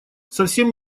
совсем